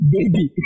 Baby